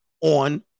on